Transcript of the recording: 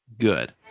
good